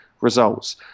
results